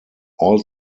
all